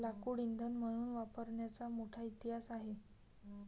लाकूड इंधन म्हणून वापरण्याचा मोठा इतिहास आहे